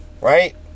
Right